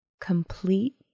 complete